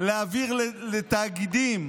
להעביר לתאגידים